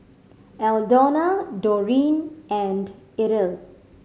Aldona Doreen and Irl